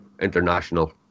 international